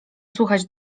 słuchać